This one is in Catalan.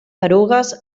erugues